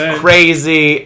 crazy